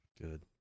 Good